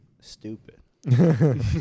stupid